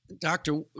Doctor